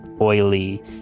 oily